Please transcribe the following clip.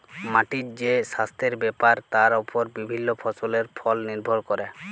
মাটির যে সাস্থের ব্যাপার তার ওপর বিভিল্য ফসলের ফল লির্ভর ক্যরে